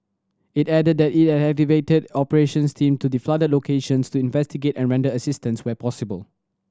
it added that it had activated operations team to the flooded locations to investigate and render assistance where possible